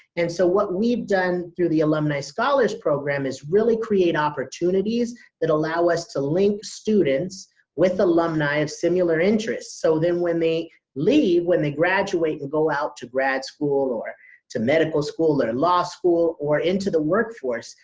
and so what we've done through the alumni scholars program is really create opportunities that allow us to link students with alumni of similar interests, so then when they leave, when they graduate, and go out to grad school, or to medical school, or law school or into the workforce,